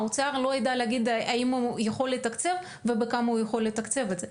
האוצר לא יידע להגיד האם הוא יכול לתקצב ובכמה הוא יכול לתקצב את זה.